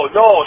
no